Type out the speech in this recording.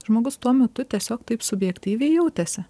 žmogus tuo metu tiesiog taip subjektyviai jautėsi